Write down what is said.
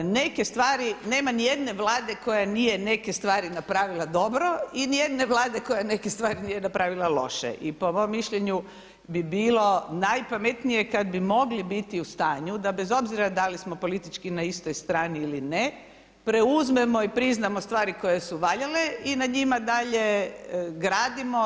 Neke stvari nema nijedne vlade koja nije neke stvari napravila dobro i nijedne vlade koja neke stvari nije napravila loše i po mom mišljenju bi bilo najpametnije kada bi mogli biti u stanju da bez obzira da li smo politički na istoj strani ili ne, preuzmemo i priznamo stvari koje su valjale i na njima dalje gradimo.